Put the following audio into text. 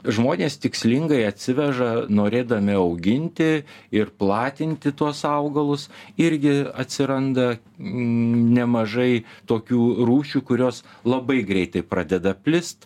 žmonės tikslingai atsiveža norėdami auginti ir platinti tuos augalus irgi atsiranda nemažai tokių rūšių kurios labai greitai pradeda plist